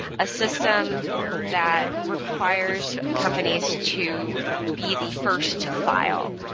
a system that requires companies to be the first to file.